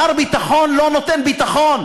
מר ביטחון לא נותן ביטחון.